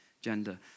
gender